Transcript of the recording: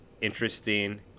interesting